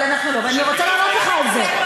אבל אנחנו לא, ואני רוצה לענות לך על זה.